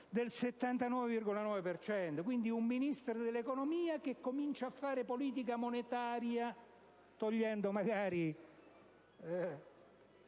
per cento. Quindi il Ministro dell'economia comincia a fare politica monetaria, togliendo magari